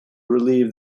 relieve